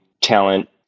talent